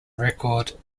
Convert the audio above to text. record